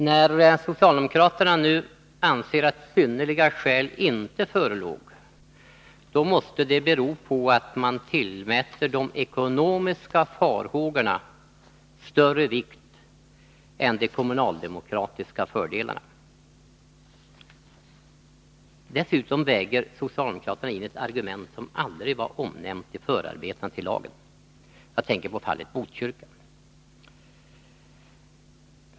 När socialdemokraterna nu anser att synnerliga skäl inte föreligger, måste det bero på att man tillmäter de ekonomiska farhågorna större vikt än de kommunaldemokratiska fördelarna. Dessutom väger socialdemokraterna in ett argument som aldrig var omnämnt i förarbetena till lagen. Jag tänker på fallet Botkyrka.